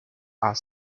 are